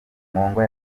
nkongwa